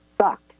sucked